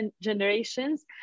generations